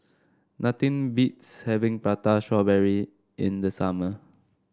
nothing beats having Prata Strawberry in the summer